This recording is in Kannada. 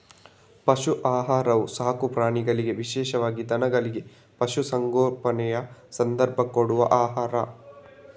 ಪಶು ಆಹಾರವು ಸಾಕು ಪ್ರಾಣಿಗಳಿಗೆ ವಿಶೇಷವಾಗಿ ದನಗಳಿಗೆ, ಪಶು ಸಂಗೋಪನೆಯ ಸಂದರ್ಭ ಕೊಡುವ ಆಹಾರ